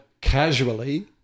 casually